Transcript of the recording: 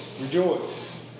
rejoice